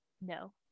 No